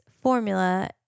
formula